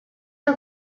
are